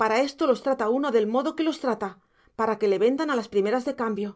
para esto los trata uno del modo que los trata para que le vendan a las primeras de cambio